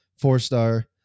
four-star